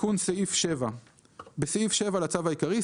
"תיקון סעיף 7 8. בסעיף 7 לצו העיקרי,